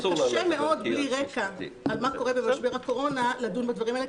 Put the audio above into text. וקשה מאוד בלי רקע על מה קורה במשבר הקורונה לדון בדברים האלה,